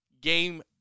game